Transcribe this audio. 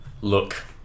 Look